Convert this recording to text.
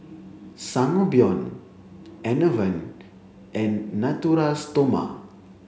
Sangobion Enervon and Natura Stoma